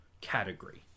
category